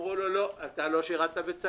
אמרו לו: "לא, אתה לא שירתת בצה"ל".